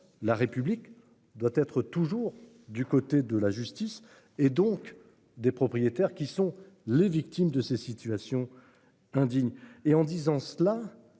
la République doit être toujours du côté de la justice et donc des propriétaires qui sont les victimes de ces situations indignes et en disant cela,